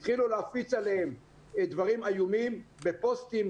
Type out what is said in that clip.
התחילו להפיץ עליהם דברים איומים בפוסטים